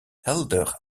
helder